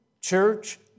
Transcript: church